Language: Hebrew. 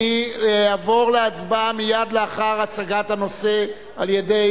אני אעבור להצבעה מייד לאחר הצגת הנושא על-ידי